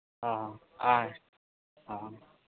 ᱚᱻ